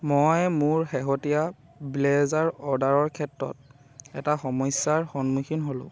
মই মোৰ শেহতীয়া ব্লেজাৰ অৰ্ডাৰৰ ক্ষেত্ৰত এটা সমস্যাৰ সন্মুখীন হ'লোঁ